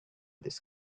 this